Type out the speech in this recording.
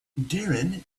darren